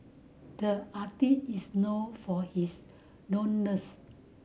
the artist is known for his